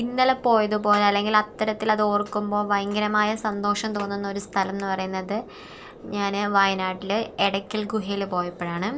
ഇന്നലെ പോയത് പോലെ അല്ലെങ്കിൽ അത്തരത്തിൽ അത് ഓർക്കുമ്പോൾ ഭയങ്കരമായ സന്തോഷം തോന്നുന്നൊരു സ്ഥലം എന്ന് പറയുന്നത് ഞാൻ വയനാട്ടിൽ എടക്കൽ ഗുഹയിൽ പോയപ്പോഴാണ്